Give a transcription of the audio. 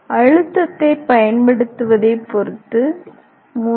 அழுத்தத்தைப் பயன்படுத்துவதைப் பொறுத்து 3